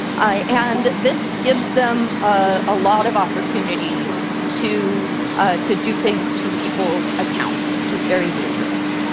and this gives them a lot of opportunity to to do things to people's accounts, which is very dangerous.